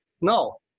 No